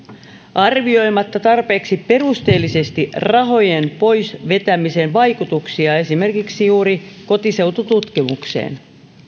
arvioimatta tarpeeksi perusteellisesti rahojen pois vetämisen vaikutuksia esimerkiksi juuri kotiseutututkimukseen